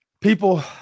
people –